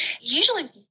Usually